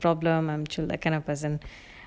problem I'm chill that kind of person